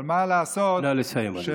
אבל מה לעשות, נא לסיים, אדוני.